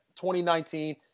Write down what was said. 2019